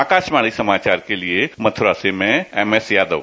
आकाशवाणी समाचार के लिए मथुरा से मैं एम एस यादव